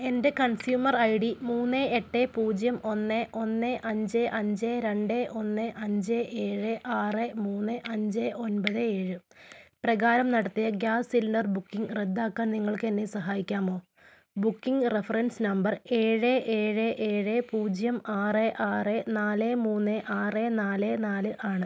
എൻ്റെ consumer I D മൂന്ന് എട്ട് പൂജ്യം ഒന്ന് ഒന്ന് അഞ്ച് അഞ്ച് രണ്ട് ഒന്ന് അഞ്ച് ഏഴ് ആറ് മൂന്ന് അഞ്ച് ഒമ്പത് ഏഴ് പ്രകാരം നടത്തിയ ഗ്യാസ് സിലിണ്ടർ ബുക്കിംഗ് റദ്ദാക്കാൻ നിങ്ങൾക്ക് എന്നെ സഹായിക്കാമോ ബുക്കിംഗ് റഫറൻസ് നമ്പർ ഏഴ് ഏഴ് ഏഴ് പൂജ്യം ആറ് ആറ് നാല് മൂന്ന് ആറ് നാല് നാല് ആണ്